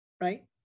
right